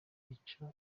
icyo